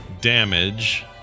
damage